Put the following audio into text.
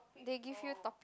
they give you topic